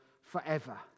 forever